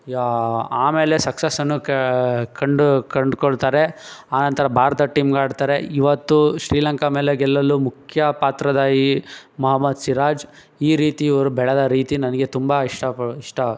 ಆಮೇಲೆ ಸಕ್ಸಸನ್ನು ಕಂಡು ಕಂಡ್ಕೊಳ್ತಾರೆ ಆನಂತರ ಭಾರತ ಟೀಮ್ಗೆ ಆಡ್ತಾರೆ ಇವತ್ತು ಶ್ರೀಲಂಕಾ ಮೇಲೆ ಗೆಲ್ಲಲು ಮುಖ್ಯ ಪಾತ್ರಧಾರಿ ಮಹಮ್ಮದ್ ಸಿರಾಜ್ ಈ ರೀತಿ ಇವರು ಬೆಳೆದ ರೀತಿ ನನಗೆ ತುಂಬ ಇಷ್ಟ ಪಡು ಇಷ್ಟ